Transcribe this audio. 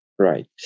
Right